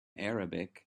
arabic